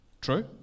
True